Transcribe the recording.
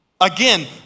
Again